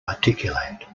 articulate